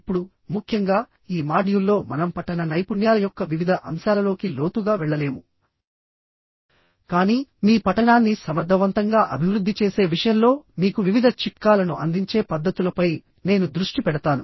ఇప్పుడుముఖ్యంగా ఈ మాడ్యూల్లో మనం పఠన నైపుణ్యాల యొక్క వివిధ అంశాలలోకి లోతుగా వెళ్ళలేము కానీ మీ పఠనాన్ని సమర్థవంతంగా అభివృద్ధి చేసే విషయంలో మీకు వివిధ చిట్కాలను అందించే పద్ధతులపై నేను దృష్టి పెడతాను